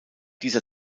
dieser